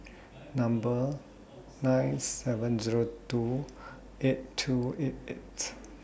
Number nine seven Zero two eight two eight eight